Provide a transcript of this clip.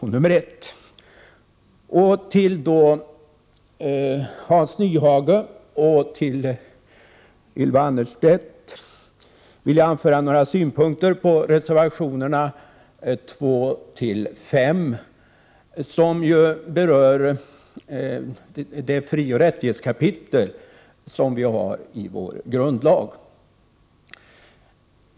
Med anledning av vad Hans Nyhage och Ylva Annerstedt sade vill jag anföra några synpunkter på reservationerna 2-5, som rör frioch rättighetskapitlet i vår grundlag.